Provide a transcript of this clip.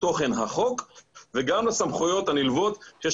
תוכן החוק וגם לסמכויות הנלוות שיש